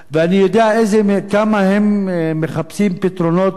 ואני יודע כמה הם מחפשים פתרונות,